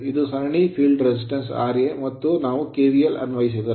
ಇದು ಸರಣಿ field resistance ಕ್ಷೇತ್ರ ಪ್ರತಿರೋಧ Rs ಮತ್ತು ನಾವು KVL ಅನ್ವಯಿಸಿದರೆ